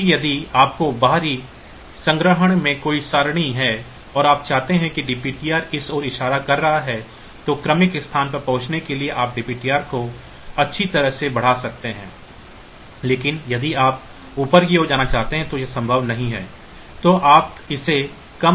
इसलिए यदि आपके बाहरी संग्रहण में कोई सरणी है और आप कहते हैं कि DPTR इस ओर इशारा कर रहा है तो क्रमिक स्थानों तक पहुँचने के लिए आप DPTR को अच्छी तरह से बढ़ा सकते हैं लेकिन यदि आप ऊपर की ओर जाना चाहते हैं तो यह संभव नहीं है तो आप इसे कम नहीं कर सकते